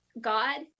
God